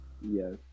yes